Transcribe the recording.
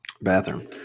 bathroom